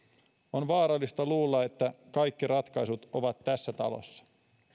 on vaarallista luulla että kaikki ratkaisut ovat tässä talossa